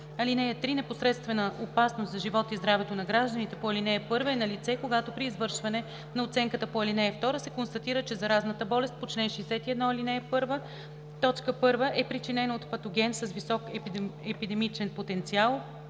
риск. (3) Непосредствена опасност за живота и здравето на гражданите по ал. 1 е налице, когато при извършване на оценката по ал. 2 се констатира, че заразната болест по чл. 61, ал. 1: 1. е причинена от патоген с висок епидемичен потенциал